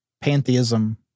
pantheism